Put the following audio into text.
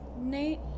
Nate